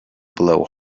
blow